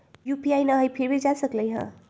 UPI न हई फिर भी जा सकलई ह?